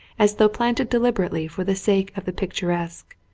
as though planted deliberately for the sake of the picturesque,